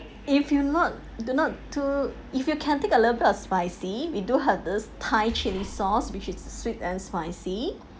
if you not do not to if you can take a little bit of spicy we do have this thai chilli sauce which is sweet and spicy